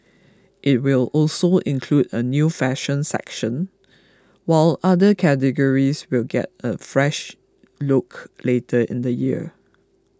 it will also include a new fashion section while other categories will get a fresh look later in the year